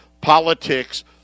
politics